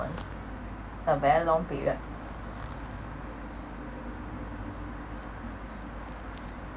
[one] a very long period